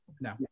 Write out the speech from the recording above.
No